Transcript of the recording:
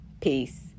Peace